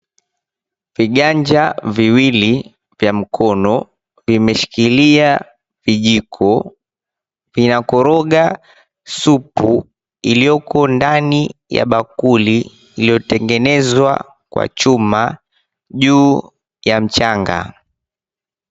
Viganja viwili vya mkono vimeshikilia vijiko. Vinakoroga supu iliyoko ndani ya bakuli iliyotengenezwa kaa chuma juu ya mchanga.